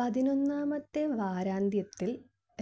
പതിനൊന്നാമത്തെ വാരാന്ത്യത്തിൽ